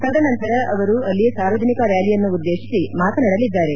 ತದನಂತರ ಅವರು ಅಲ್ಲಿ ಸಾರ್ವಜನಿಕ ರ್ನಾಲಿಯನ್ನುದ್ದೇಶಿಸಿ ಮಾತನಾಡಲಿದ್ದಾರೆ